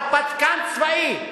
הרפתקן צבאי.